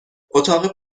اتاق